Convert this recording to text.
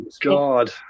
God